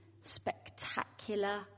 spectacular